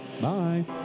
Bye